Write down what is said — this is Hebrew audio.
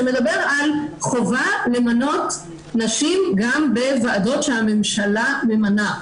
שמדבר על חובה למנות נשים גם בוועדות שהממשלה ממנה.